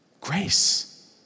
Grace